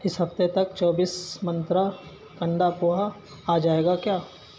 اس ہفتے تک چوبیس منترا کندا پوہا آ جائے گا کیا